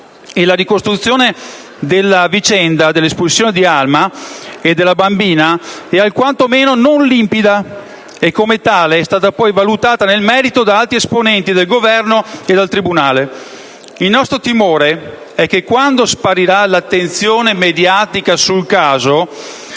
la ricostruzione della vicenda dell'espulsione di Alma e della bambina è quantomeno non limpida, e come tale è stata poi valutata nel merito da altri esponenti del Governo e dal tribunale. Il nostro timore è che, quando sparirà l'attenzione mediatica sul caso,